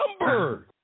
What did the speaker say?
number